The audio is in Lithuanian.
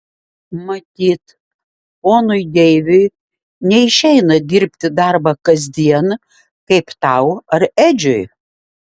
matyt ponui deiviui neišeina dirbti darbą kasdien kaip tau ar edžiui